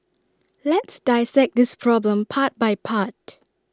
let's dissect this problem part by part